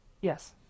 Yes